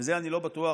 ואני לא בטוח